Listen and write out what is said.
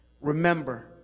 Remember